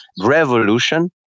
revolution